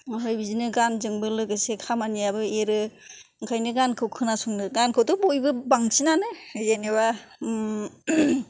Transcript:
ओमफाय बिदिनो गानजोंबो लोगोसे खामानियाबो एरो ओंखायनो गानखौ खोनासंनो गानखौथ' बयबो बांसिनानो जेनोबा